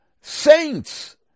saints